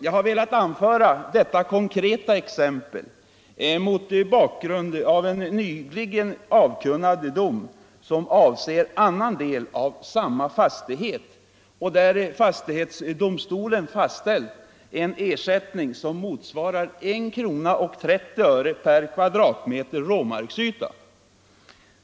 Jag har velat anföra detta konkreta exempel mot bakgrund av en nyligen avkunnad dom som avser annan del av samma fastighet och där fastighetsdomstolen fastställt en ersättning som motsvarar 1:30 kronor per m” råmarksyta.